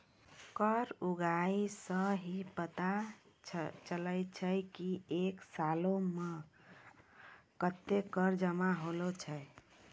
कर उगाही सं ही पता चलै छै की एक सालो मे कत्ते कर जमा होलो छै